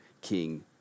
King